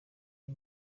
iyi